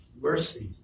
mercy